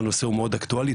הנושא הוא מאוד אקטואלי.